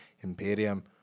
Imperium